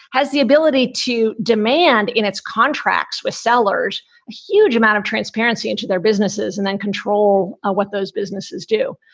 has the ability to demand in its contracts with sellers a huge amount of transparency into their businesses and then control what those businesses do.